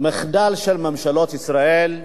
מחדל של ממשלות ישראל.